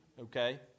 okay